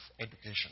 education